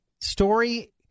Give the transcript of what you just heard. story